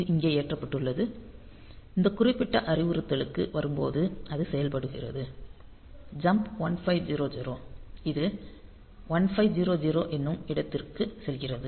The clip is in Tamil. இது இங்கே ஏற்றப்பட்டுள்ளது இந்த குறிப்பிட்ட அறிவுறுத்தலுக்கு வரும்போது அது செயல்படுகிறது ஜம்ப் 1500 இது 1500 என்னும் இடத்திற்குச் செல்கிறது